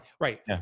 Right